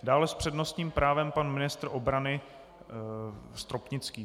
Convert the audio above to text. Dále s přednostním právem pan ministr obrany Stropnický.